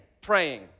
praying